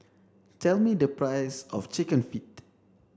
tell me the price of chicken feet